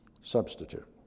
substitute